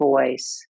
voice